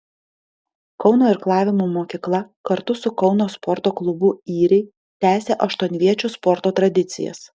kauno irklavimo mokykla kartu su kauno sporto klubu yriai tęsė aštuonviečių sporto tradicijas